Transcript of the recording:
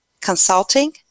Consulting